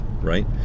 right